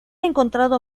encontrado